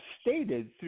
stated